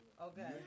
Okay